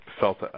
felt